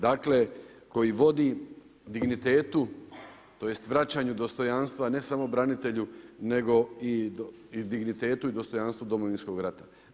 Dakle, koji vodi dignitetu, tj. vraćanju dostojanstva, ne samo branitelju, nego i dignitetu i dostojanstvu Domovinskom ratu.